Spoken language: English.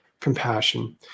compassion